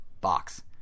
box